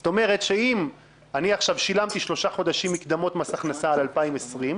זאת אומרת שאם אני עכשיו שילמתי שלושה חודשים מקדמות מס הכנסה על 2020,